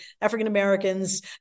African-Americans